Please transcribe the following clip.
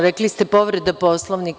Rekli ste – povreda Poslovnika.